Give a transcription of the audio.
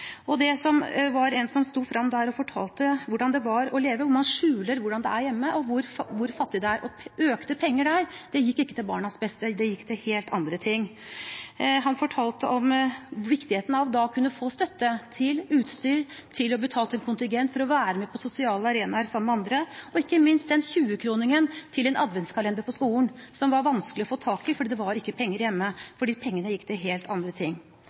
Det var en som sto fram der og fortalte hvordan det var å leve slik, hvor man skjuler hvordan det er hjemme, og hvor fattige man er. Økte ytelser gikk ikke til barnas beste, det gikk til helt andre ting. Han fortalte om viktigheten av å kunne få støtte til utstyr og til å betale kontingent for å være på sosiale arenaer sammen med andre, og ikke minst om den 20-kroningen til en adventskalender på skolen som var vanskelig å få tak i fordi det ikke var penger hjemme, for pengene gikk til helt andre ting.